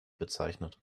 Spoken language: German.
bezeichnet